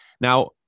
Now